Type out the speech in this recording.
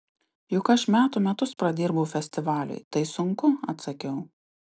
juk aš metų metus pradirbau festivaliui tai sunku atsakiau